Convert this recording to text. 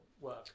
work